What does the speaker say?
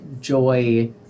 joy